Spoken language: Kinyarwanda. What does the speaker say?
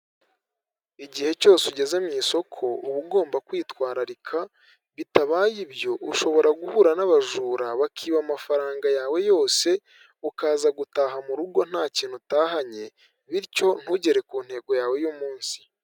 Igihe cyose ugeze mu isoko uba ugomba kwitwararika bitabaye ibyo ushobora guhura n'abajura bakiba amafaranga yawe yose ukaza gutaha murugo nta kintu utahanye bityo ntugere ku ntego yawe y’umunsi.